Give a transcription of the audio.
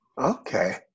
Okay